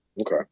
Okay